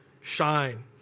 shine